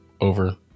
over